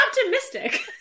optimistic